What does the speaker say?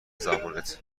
زبونت